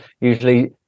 usually